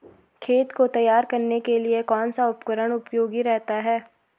खेत को तैयार करने के लिए कौन सा उपकरण उपयोगी रहता है?